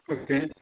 okay